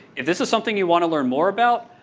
if this is something you want to learn more about,